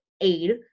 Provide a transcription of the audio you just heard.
aid